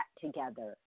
together